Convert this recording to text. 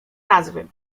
nazwy